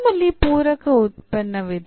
ನಮ್ಮಲ್ಲಿ ಪೂರಕ ಉತ್ಪನ್ನವಿದೆ